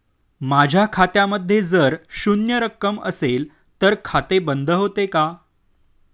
माझ्या खात्यामध्ये जर शून्य रक्कम असेल तर खाते बंद होते का?